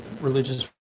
religious